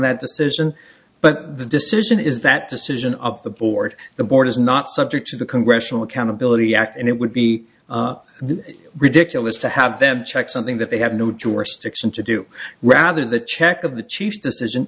that decision but the decision is that decision of the board the board is not subject to the congressional accountability act and it would be ridiculous to have them check something that they have no jurisdiction to do rather the check of the chief decision